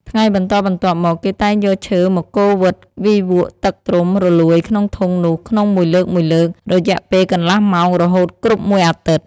ថ្ងៃបន្តបន្ទាប់មក គេតែងយកឈើមកកូរវិត វីវក់ទឹកត្រុំរលួយក្នុងធុងនោះក្នុងមួយលើកៗ រយៈពេលកន្លះម៉ោង រហូតគ្រប់មួយអាទិត្យ។